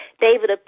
David